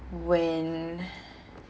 when